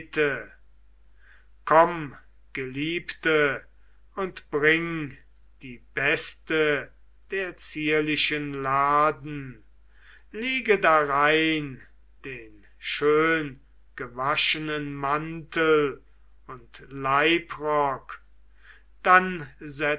komm geliebte und bring die beste der zierlichen laden lege darein den schöngewaschenen mantel und leibrock dann